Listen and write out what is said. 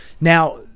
Now